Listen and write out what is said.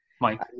Mike